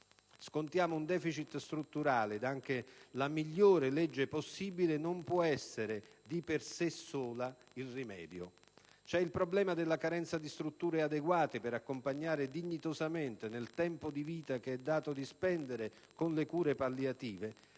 Scontiamo un deficit strutturale ed anche la migliore legge possibile non può essere di per sé sola il rimedio. C'è il problema della carenza di strutture adeguate per accompagnare dignitosamente nel tempo di vita che è dato di spendere con le cure palliative,